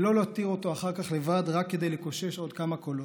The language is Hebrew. ולא להותיר אותו אחר כך לבד רק כדי לקושש עוד כמה קולות.